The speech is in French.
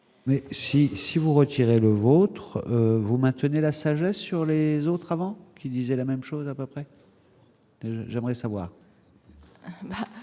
Mais si si vous retirez le vôtre, vous maintenez la sagesse sur les autres avant qui disait la même chose à peu près, j'aimerais savoir.